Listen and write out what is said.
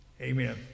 Amen